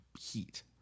Heat